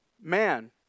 man